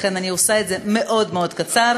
לכן אני עושה את זה מאוד מאוד קצר.